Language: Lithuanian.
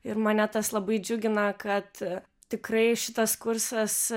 ir mane tas labai džiugina kad tikrai šitas kursas